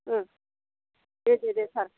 दे दे दे सार